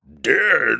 Dead